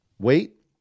wait